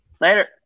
Later